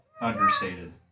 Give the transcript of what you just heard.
understated